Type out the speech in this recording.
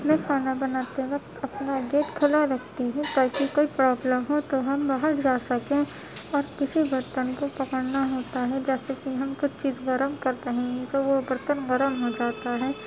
میں کھانا بناتے وقت اپنا گیٹ کھلا رکھتی ہوں تاکہ کوئی پرابلم ہو تو ہم باہر جا سکیں اور کسی برتن کو پکڑنا ہوتا ہے جیسے کہ ہم کچھ چیز گرم کر رہے ہیں تو وہ برتن گرم ہو جاتا ہے